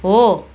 हो